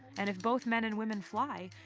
and if both men and women fly,